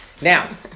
Now